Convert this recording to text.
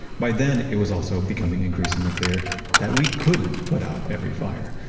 by then, it was also becoming increasingly clear that we couldn't put out every fire.